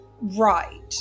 Right